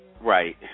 right